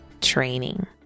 training